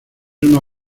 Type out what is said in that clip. una